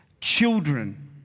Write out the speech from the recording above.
children